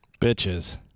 Bitches